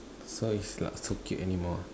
so it's not so cute anymore